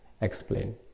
explain